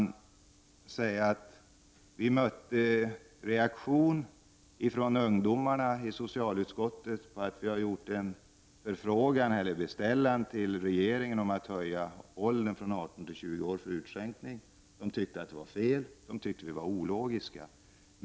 Vi i socialutskottet mötte reaktioner från ungdomarna med anledning av den beställning som vi har gjort till regeringen om att åldern för utskänkning skall höjas från 18 till 20 år. De tyckte att det var fel, och de tyckte att vi var ologiska.